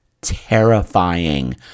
terrifying